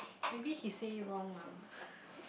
maybe he say wrong lah